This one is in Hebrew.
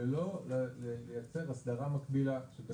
ולא לייצר אסדרה מקבילה.